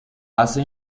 hace